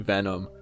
Venom